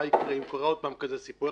מה יקרה אם קורה עוד פעם כזה סיפור,